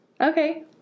Okay